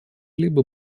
либо